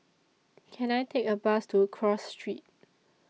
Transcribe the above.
Can I Take A Bus to Cross Street